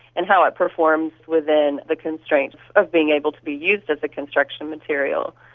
and how it performs within the constraints of being able to be used as a construction material.